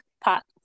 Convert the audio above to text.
Pot